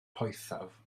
poethaf